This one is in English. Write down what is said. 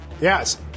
Yes